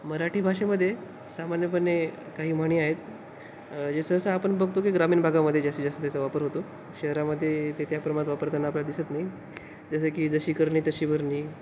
मराठी भाषेमध्ये सामान्यपणे काही म्हणी आहेत जसं जसं आपण बघतो की ग्रामीण भागामध्ये जास्तीत जास्त त्याचा वापर होतो शहरामध्ये ते त्या प्रमाणात वापरताना आपल्या दिसत नाही जसं की जशी करणी तशी भरणी